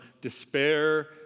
despair